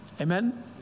Amen